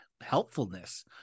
helpfulness